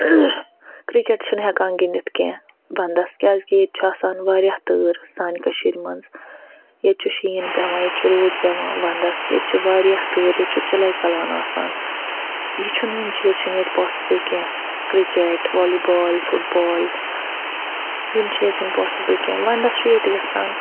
cricket چھِنہٕ ہٮ۪کان گِنٛدِتھ کیٚنہہ وَنٛدَس کیٛازِکہِ ییٚتہِ چھُ آسان واریاہ تۭر سانہِ کٔشیٖرِ منٛز ییٚتہِ چھُ شیٖن پٮ۪وان ییٚتہِ چھُ روٗد پٮ۪وان وَنٛدَس ییٚتہِ چھِ واریاہ تۭر ییٚتہِ چھُ چِلَے کلان آسان یہِ چھُنہٕ یِم چیٖز چھِنہٕ ییٚتہِ پاسِبُل کیٚنہہ کِرکَٹ والی بال فُٹ بال یِم چیٖز چھِنہٕ پاسِبُل کیٚنہہ وَنٛدَس چھِ ییٚتہِ گژھان